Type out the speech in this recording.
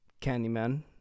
Candyman